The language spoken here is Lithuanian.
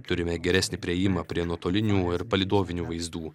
turime geresnį priėjimą prie nuotolinių ir palydovinių vaizdų